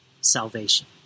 salvation